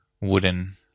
wooden